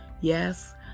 Yes